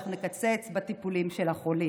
אנחנו נקצץ בטיפולים של הפצועים.